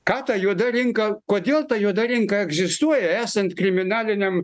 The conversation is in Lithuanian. ką ta juoda rinka kodėl ta juoda rinka egzistuoja esant kriminaliniam